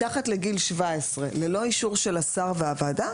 מתחת לגיל 17 ללא אישור של השר והוועדה,